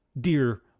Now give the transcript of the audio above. dear